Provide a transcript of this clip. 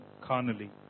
carnally